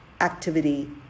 activity